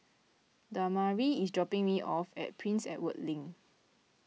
Damari is dropping me off at Prince Edward Link